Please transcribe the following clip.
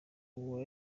uwo